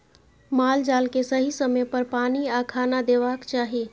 माल जाल केँ सही समय पर पानि आ खाना देबाक चाही